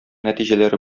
нәтиҗәләре